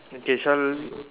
okay shall